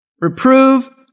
Reprove